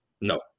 no